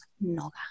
Noga